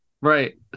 right